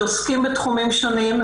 שעוסקים בתחומים שונים.